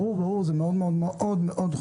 וזה מאוד חשוב.